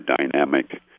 dynamic